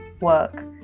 work